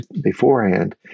beforehand